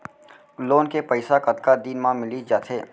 Loan के पइसा कतका दिन मा मिलिस जाथे?